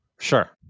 sure